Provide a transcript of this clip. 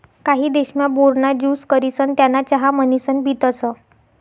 काही देशमा, बोर ना ज्यूस करिसन त्याना चहा म्हणीसन पितसं